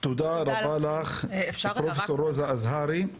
תודה לך, פרופ' רוזה אזהרי.